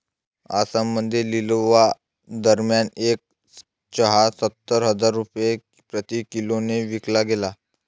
आसाममध्ये लिलावादरम्यान एक चहा सत्तर हजार रुपये प्रति किलोने विकला गेला